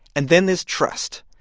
and then there's trust.